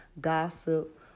gossip